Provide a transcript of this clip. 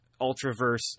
Ultraverse